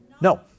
No